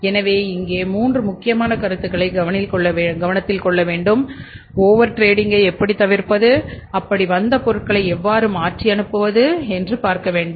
எனவே இங்கே 3 முக்கியமான கருத்துக்களை கவனத்தில் கொள்ள வேண்டும் ஓவர் டிரேடிங்கைத் எப்படி தவிர்ப்பது அப்படி வந்த பொருட்களை எவ்வாறு மாற்றி அனுப்புவது என்று பார்க்க வேண்டும்